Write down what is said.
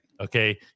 Okay